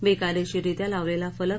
बेकायदेशीररित्या लावलेला फलक